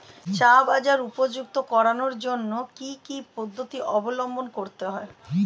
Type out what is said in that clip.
চা বাজার উপযুক্ত করানোর জন্য কি কি পদ্ধতি অবলম্বন করতে হয়?